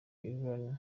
iryn